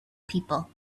people